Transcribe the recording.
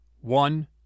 One